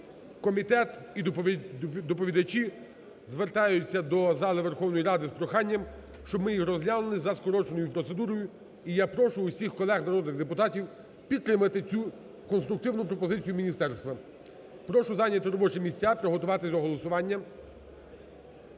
комітет і доповідачі звертаються зали Верховної Ради з проханням, щоб ми їх розглянули за скороченою процедурою. І я прошу усіх колег народних депутатів підтримати цю конструктивну пропозицію міністерства. Прошу зайняти робочі місця, приготуватись до голосування.